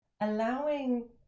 allowing